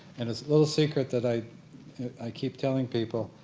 and a little secret that i i keep telling people,